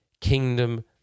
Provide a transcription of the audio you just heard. kingdom